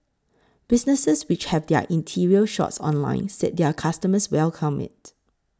businesses which have their interior shots online said their customers welcome it